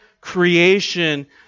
creation